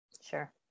Sure